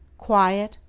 quiet,